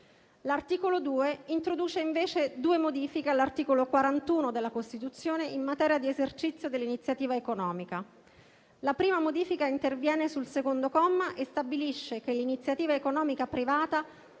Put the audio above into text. L'articolo 2 introduce invece due modifiche all'articolo 41 della Costituzione in materia di esercizio dell'iniziativa economica. La prima modifica interviene sul secondo comma e stabilisce che l'iniziativa economica privata